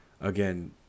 again